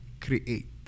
create